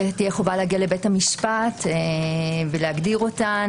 חובה להביע לבית המשפט ולהגדיר אותם.